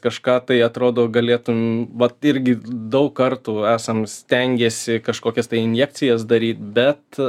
kažką tai atrodo galėtum vat irgi daug kartų esam stengėsi kažkokias injekcijas daryti bet